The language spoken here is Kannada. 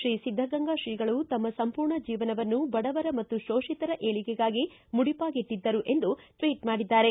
ಶ್ರೀ ಸಿದ್ದಗಂಗಾ ಶ್ರೀಗಳು ತಮ್ಮ ಸಂಪೂರ್ಣ ಜೀವನವನ್ನು ಬಡವರ ಮತ್ತು ಶೋಷಿತರ ಏಳಗೆಗಾಗಿ ಮುಡಿಪಾಗಿಟ್ಟಿದ್ದರು ಎಂದು ಟ್ವಿಟ್ ಮಾಡಿದ್ದಾರೆ